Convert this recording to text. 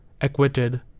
acquitted